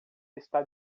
está